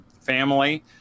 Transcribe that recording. family